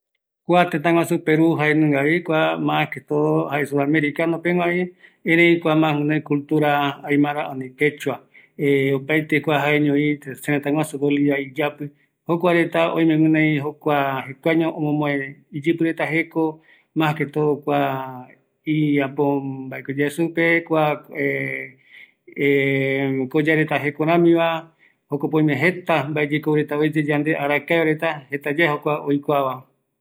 Kua tëtä peru, oyovake reji sërëta bolivia ndive, kuape jaeko quechua reta, oime jeta mbaeyekou oeya arakae vareta, jaereta jekuaeño arete, yembongoipe oyeesauka reta oime oyekuaño inca reta jeko